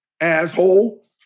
asshole